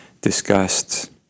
discussed